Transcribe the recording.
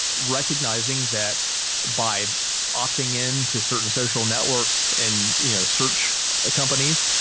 recognizing that by opting into certain social networks and you know search companies,